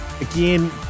Again